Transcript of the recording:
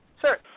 sir